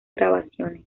grabaciones